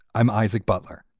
i'm isaac butler.